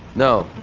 no.